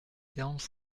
quarante